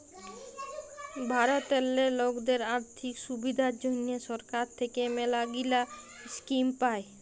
ভারতেল্লে লকদের আথ্থিক সুবিধার জ্যনহে সরকার থ্যাইকে ম্যালাগিলা ইস্কিম পায়